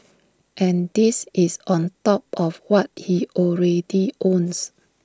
and this is on top of what he already owns